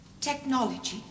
Technology